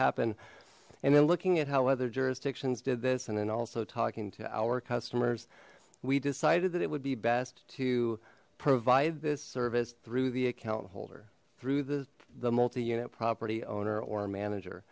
happen and then looking at how other jurisdictions did this and then also talking to our customers we decided that it would be best to provide this service through the account holder through the the multi unit property owner or manager